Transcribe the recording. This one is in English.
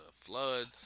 flood